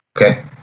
Okay